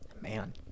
man